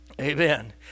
Amen